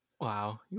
Wow